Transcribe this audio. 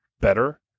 better